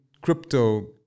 crypto